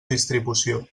distribució